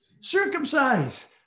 Circumcised